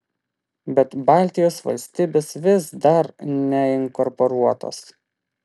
bet baltijos valstybės vis dar neinkorporuotos